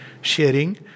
sharing